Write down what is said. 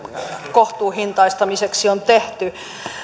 kohtuuhintaistamiseksi on tehty